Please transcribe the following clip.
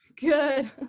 Good